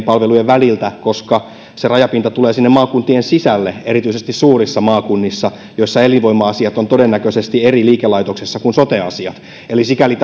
palvelujen väliltä koska se rajapinta tulee sinne maakuntien sisälle erityisesti suurissa maakunnissa joissa elinvoima asiat ovat todennäköisesti eri liikelaitoksessa kuin sote asiat eli sikäli